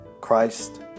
Christ